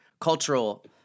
cultural